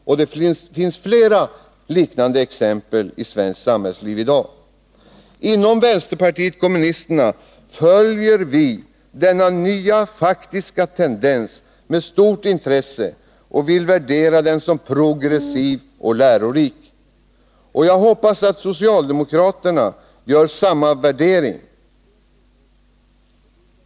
Och det finns flera liknande exempel i svenskt samhällsliv i dag. Inom vänsterpartiet kommunisterna följer vi denna nya faktiska tendens med stort intresse och vill värdera den som progressiv och lärorik. Jag hoppas att socialdemokraterna gör samma värdering.